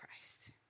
Christ